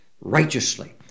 Righteously